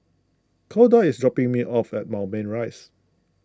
Koda is dropping me off at Moulmein Rise